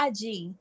IG